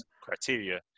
criteria